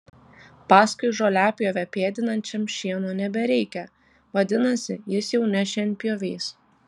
paskui žoliapjovę pėdinančiam šieno nebereikia vadinasi jis jau ne šienpjovys